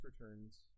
returns